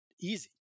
easy